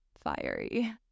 fiery